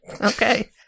Okay